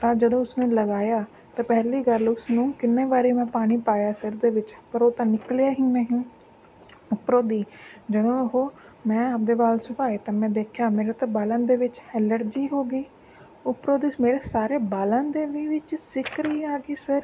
ਤਾਂ ਜਦੋਂ ਉਸਨੂੰ ਲਗਾਇਆ ਤਾਂ ਪਹਿਲੀ ਗੱਲ ਉਸਨੂੰ ਕਿੰਨੇ ਵਾਰੀ ਮੈਂ ਪਾਣੀ ਪਾਇਆ ਸਿਰ ਦੇ ਵਿੱਚ ਪਰ ਉਹ ਤਾਂ ਨਿਕਲਿਆ ਹੀ ਨਹੀਂ ਉੱਪਰੋਂ ਦੀ ਜਦੋਂ ਉਹ ਮੈਂ ਆਪਦੇ ਬਾਲ ਸੁਕਾਏ ਤਾਂ ਮੈਂ ਦੇਖਿਆ ਮੇਰੇ ਤਾਂ ਬਾਲਾਂ ਦੇ ਵਿੱਚ ਐਲਰਜੀ ਹੋ ਗਈ ਉੱਪਰੋਂ ਦੀ ਮੇਰੇ ਸਾਰੇ ਬਾਲਾਂ ਦੇ ਵੀ ਵਿੱਚ ਸਿੱਕਰੀ ਆ ਗਈ ਸਰ